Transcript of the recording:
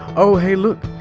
oh, hey. look!